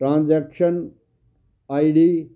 transaction ID